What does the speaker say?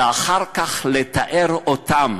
ואחר כך לתאר אותם